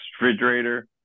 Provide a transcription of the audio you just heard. refrigerator